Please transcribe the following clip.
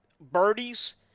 birdies